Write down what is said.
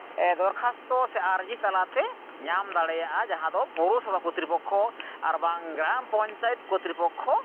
ᱫᱚᱨᱠᱷᱟᱥᱛᱚ ᱥᱮ ᱟᱨᱡᱤ ᱛᱟᱞᱟᱛᱮ ᱧᱟᱢ ᱫᱟᱲᱮᱭᱟᱜᱼᱟ ᱡᱟᱦᱟᱸ ᱫᱚ ᱯᱳᱨᱚᱥᱚᱵᱷᱟ ᱠᱚᱛᱨᱤ ᱯᱚᱠᱠᱷᱚ ᱟᱨ ᱵᱟᱝ ᱜᱨᱟᱢ ᱯᱚᱧᱪᱟᱭᱮᱛ ᱠᱚᱛᱨᱤ ᱯᱚᱠᱠᱷᱚ